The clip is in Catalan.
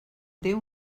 déu